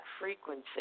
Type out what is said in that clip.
frequency